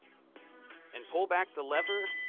and pull back the lever,